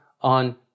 on